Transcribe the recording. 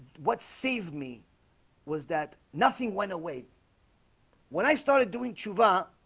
what saved me was that nothing went away when i started doing chuhwa